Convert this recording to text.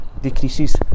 decreases